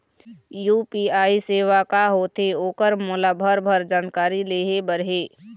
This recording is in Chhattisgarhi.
यू.पी.आई सेवा का होथे ओकर मोला भरभर जानकारी लेहे बर हे?